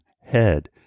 head